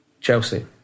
Chelsea